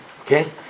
okay